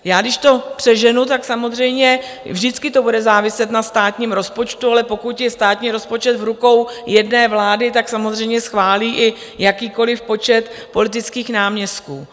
Já, když to přeženu, tak samozřejmě vždycky to bude záviset na státním rozpočtu, ale pokud je státní rozpočet v rukou jedné vlády, tak samozřejmě schválí i jakýkoliv počet politických náměstků.